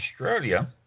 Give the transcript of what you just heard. Australia